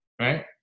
right